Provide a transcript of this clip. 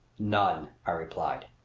none, i replied.